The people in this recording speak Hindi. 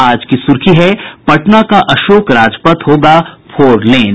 आज की सुर्खी है पटना का अशोक राजपथ होगा फोरलेन